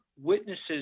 witnesses